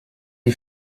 die